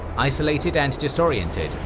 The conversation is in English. isolated and disoriented,